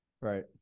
Right